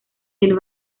del